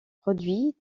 produits